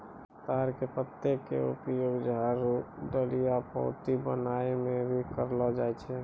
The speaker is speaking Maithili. ताड़ के पत्ता के उपयोग झाड़ू, डलिया, पऊंती बनाय म भी करलो जाय छै